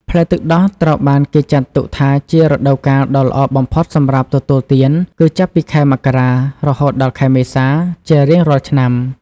ផ្លែទឹកដោះត្រូវបានគេចាត់ទុកថាជារដូវកាលដ៏ល្អបំផុតសម្រាប់ទទួលទានគឺចាប់ពី ខែមករា រហូតដល់ខែមេសា ជារៀងរាល់ឆ្នាំ។